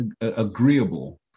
agreeable